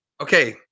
okay